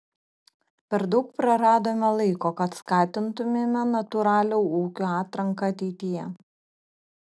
per daug praradome laiko kad skatintumėme natūralią ūkių atranką ateityje